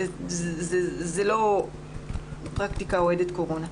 זאת לא פרקטיקה אוהדת קורונה.